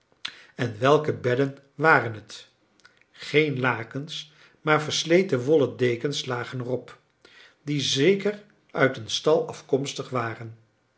en welke bedden waren het geen lakens maar versleten wollen dekens lagen erop die zeker uit een stal afkomstig waren